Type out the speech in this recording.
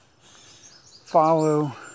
follow